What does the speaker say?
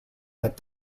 that